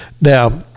Now